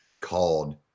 called